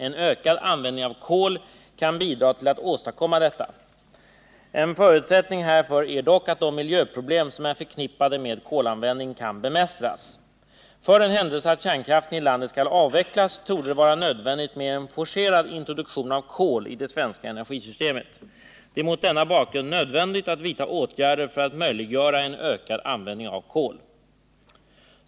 En ökad användning av kol kan bidra till att åstadkomma detta. En förutsättning härför är dock att de miljöproblem som är förknippade med kolanvändningen kan bemästras. För den händelse att kärnkraften i landet skall avvecklas torde det vara nödvändigt med en forcerad introduktion av kol i det svenska energisystemet. Det är mot denna bakgrund nödvändigt att vidta åtgärder för att möjliggöra en ökad användning av kol.